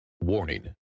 Warning